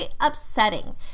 upsetting